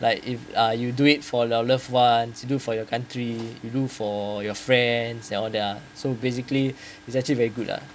like if uh you do it for your loved ones you do for your country you do for your friends and all that lah so basically it's actually very good lah